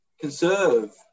conserve